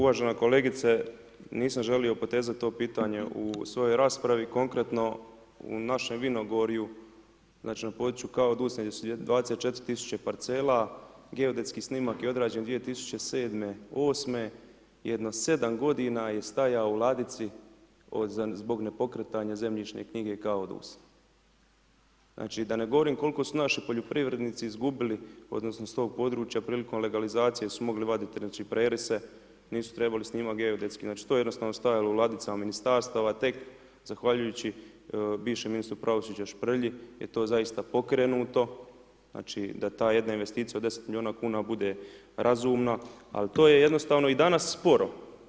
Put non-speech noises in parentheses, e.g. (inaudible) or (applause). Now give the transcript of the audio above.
Uvažena kolegice, nisam želio potezati to pitanje u svojoj raspravi, konkretno, u našem vinogorju, znači na području kao … (unintelligible) 24 tisuća parcela, geodetski snimak je odrađen 2007./2008. jedno 7 g. je stajao u ladici zbog nepokretanje zemljišne knjige kao … (unintelligible) Znači da ne govorim koliko su naši poljoprivrednici izgubili odnosno, iz tog područja, prilikom legalizacije su mogli vaditi prerise, nisu trebali snimati geodetski, znači to je jednostavno stajalo u ladicama ministarstava, tek zahvaljujući bivšem ministru pravosuđa Šprlji, gdje je to zaista pokrenuto, znači da ta jedna investicija od 10 milijuna kn bude razumna, ali to je jednostavno i danas sporo.